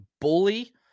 bully